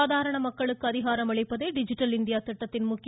சாதாரண மக்களுக்கு அதிகாரமளிப்பதே டிஜிட்டல் இந்தியா திட்டத்தின் முக்கிய